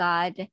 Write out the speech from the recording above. God